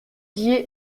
dié